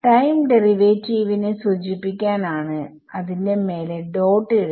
time ഡെറിവാറ്റീവിനെ സൂചിപ്പിക്കാൻ ആണ് അതിന്റെ മേലെ ഡോട്ട് ഇടുന്നത്